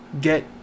get